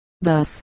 thus